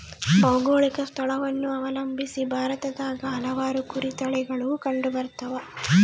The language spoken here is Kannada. ಭೌಗೋಳಿಕ ಸ್ಥಳವನ್ನು ಅವಲಂಬಿಸಿ ಭಾರತದಾಗ ಹಲವಾರು ಕುರಿ ತಳಿಗಳು ಕಂಡುಬರ್ತವ